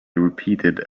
repeated